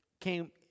came